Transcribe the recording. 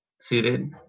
suited